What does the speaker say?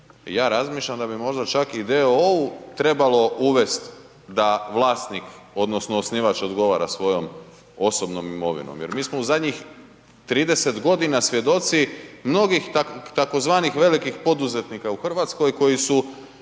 ja razmišljam da bi možda i d.o.o. trebalo uvesti da vlasnik odnosno osnivač odgovara svojom osobnom imovinom jer mi smo u zadnjih 30 godina svjedoci mnogih tzv. velikih poduzetnika u Hrvatskoj koji su